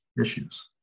issues